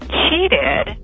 cheated